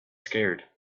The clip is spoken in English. scared